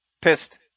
pissed